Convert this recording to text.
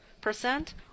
percent